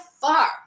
far